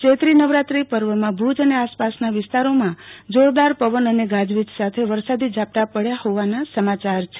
ચત્રી નવરાત્રી પર્વમાં ભુજ અને આસપાસના વિસ્તારોમાં જોરદાર પવન અને ગાજવોજ સાથે વરસાદી ઝાપટાં પડયા હોવાના સમાચાર છે